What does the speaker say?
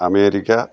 America